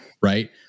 right